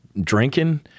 drinking